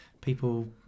people